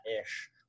ish